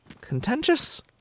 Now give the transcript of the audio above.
contentious